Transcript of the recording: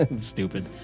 stupid